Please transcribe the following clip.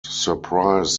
surprise